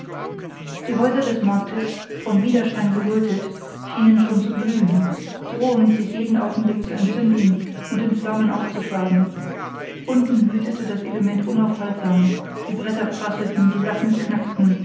die häuser des marktes vom widerschein gerötet schienen schon zu glühen drohend sich jeden augenblick zu entzünden und in flammen aufzuschlagen unten wütete das element unaufhaltsam die bretter prasselten die latten knackten